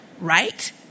right